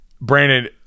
Brandon